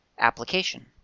application